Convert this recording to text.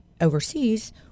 overseas